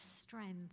strength